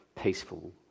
peaceful